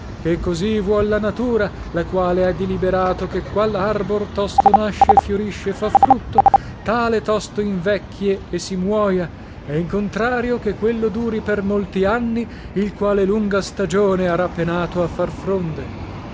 ché così vuol la natura la quale ha diliberato che qual arbor tosto nasce fiorisce e fa frutto tale tosto invecchie e si muoia e in contrario che quello duri per molti anni il quale lunga stagione arà penato a far fronde